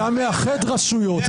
איך הפרדת הרשויות --- אתה מאחד רשויות,